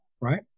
right